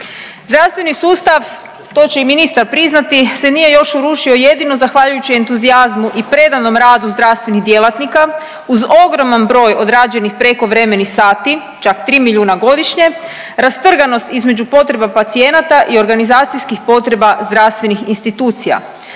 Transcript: Zdravstveni sustav, to će i ministar priznati, se nije još urušio jedino zahvaljujući entuzijazmu i predanom radu zdravstvenih djelatnika uz ogroman broj odrađenih prekovremenih sati, čak 3 milijuna godišnje, rastrganost između potreba pacijenata i organizacijskih potreba zdravstvenih institucija,